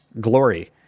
glory